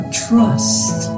trust